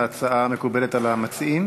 ההצעה מקובלת על המציעים?